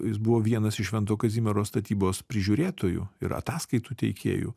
jis buvo vienas iš švento kazimiero statybos prižiūrėtojų ir ataskaitų teikėjų